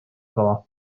kala